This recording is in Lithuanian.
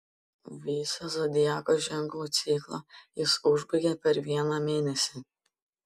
visą zodiako ženklų ciklą jis užbaigia per vieną mėnesį